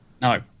No